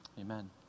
amen